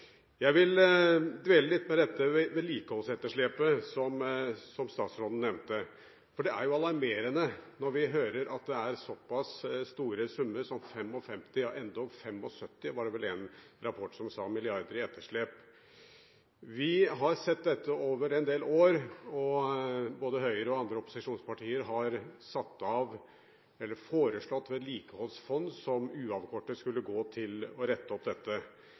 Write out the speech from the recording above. Jeg vil dvele litt ved dette vedlikeholdsetterslepet som statsråden nevnte. Det er jo alarmerende å høre at det er såpass store summer som 55 mrd. kr – endog 75 mrd. kr var det vel en rapport som sa – i etterslep. Vi har sett dette over en del år. Høyre og andre opposisjonspartier har foreslått vedlikeholdsfond som uavkortet skulle gå til å rette opp dette.